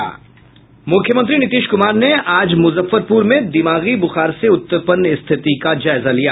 मुख्यमंत्री नीतीश कुमार ने आज मुजफ्फरपुर में दिमागी बुखार से उत्पन्न स्थिति का जायजा लिया